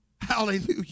Hallelujah